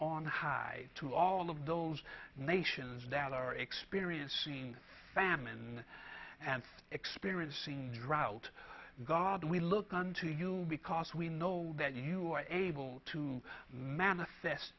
on high to all of those nations that are experiencing famine and experiencing drought god we look unto you because we know that you are able to manifest